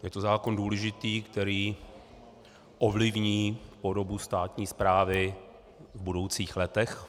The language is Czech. Je to zákon důležitý, který ovlivní podobu státní správy v budoucích letech.